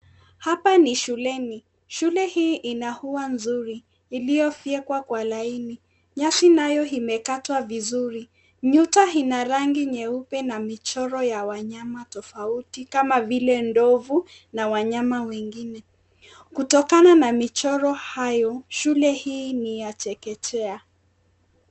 Hapa ni shuleni. Shule hii ina ua nzuri iliyofyekwa kwa laini. Nyasi nayo imekatwa vizuri. Nyuta ina rangi nyeupe na michoro ya wanyama tofauti kama vile ndovu na wanyama wengine. Kutokana na michoro hayo, shule hii ni ya chekechea.